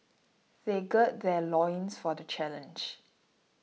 they gird their loins for the challenge